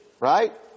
right